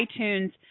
iTunes